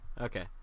Okay